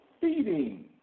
feeding